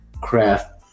craft